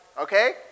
okay